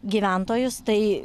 gyventojus tai